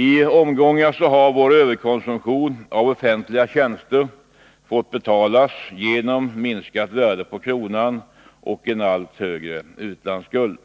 I omgångar har vår överkonsumtion av offentliga tjänster fått betalas genom minskat värde på kronan och en allt högre utlandsskuld.